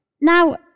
Now